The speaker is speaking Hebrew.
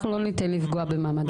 אנחנו לא ניתן לפגוע במעמד האישה.